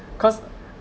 cause